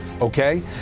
okay